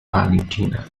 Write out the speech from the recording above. argentina